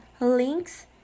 links